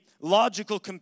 logical